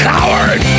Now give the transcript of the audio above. Coward